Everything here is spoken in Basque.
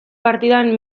partidan